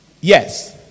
Yes